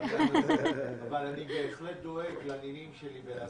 אבל אני בהחלט דואג לנינים ולנכדים שלי.